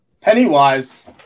Pennywise